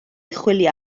chwilio